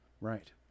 Right